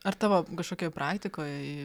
ar tavo kažkokioj praktikoj